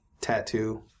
tattoo